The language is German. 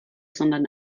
sondern